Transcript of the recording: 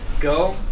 go